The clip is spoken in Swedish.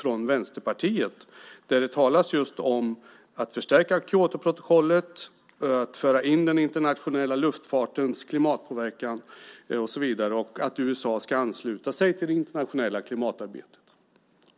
Där talas det om att förstärka Kyotoprotokollet, att föra in den internationella luftfartens klimatpåverkan och så vidare och att USA ska ansluta sig till det internationella klimatarbetet.